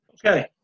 Okay